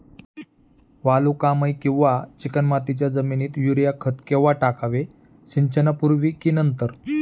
वालुकामय किंवा चिकणमातीच्या जमिनीत युरिया खत केव्हा टाकावे, सिंचनापूर्वी की नंतर?